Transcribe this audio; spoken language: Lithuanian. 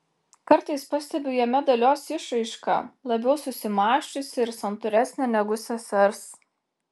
kartais pastebiu jame dalios išraišką labiau susimąsčiusią ir santūresnę negu sesers